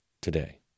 today